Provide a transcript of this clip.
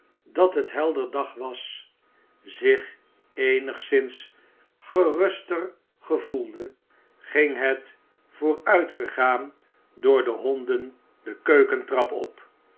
dat het helder dag was zich eenigszins geruster gevoelde ging het vooruitgegaan door de honden de keukentrap op